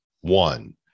one